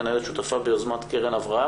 מנהלת שותפה ביוזמת "קרן אברהם".